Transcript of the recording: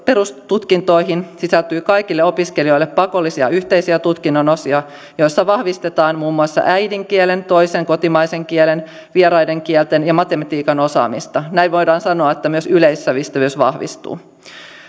perustutkintoihin sisältyy kaikille opiskelijoille pakollisia yhteisiä tutkinnon osia joissa vahvistetaan muun muassa äidinkielen toisen kotimaisen kielen vieraiden kielten ja matematiikan osaamista näin voidaan sanoa että myös yleissivistävyys vahvistuu